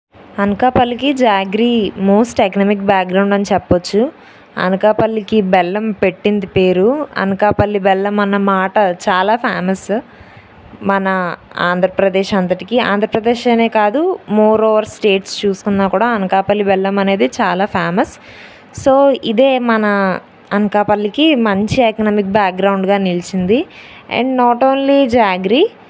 అనకాపల్లికి jaggery most economic background అని చెప్పవచ్చు అనకాపల్లికి బెల్లం పెట్టింది పేరు అనకాపల్లి బెల్లం అన్నమాట చాలా ఫేమస్ మన ఆంధ్రప్రదేశ్ అంతటికి ఆంధ్రప్రదేశ్ అనే కాదు మోర్ఓవర్ స్టేట్స్ చూసుకున్నా కూడా అనకాపల్లి బెల్లం అనేది చాలా ఫేమస్ సో ఇదే మన అనకాపల్లికి మంచి ఎకనమిక్ బ్యాక్గ్రౌండ్గా నిలిచింది అండ్ నాట్ ఓన్లీ జాగరీ